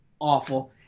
awful